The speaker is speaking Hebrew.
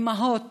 אימהות